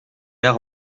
l’air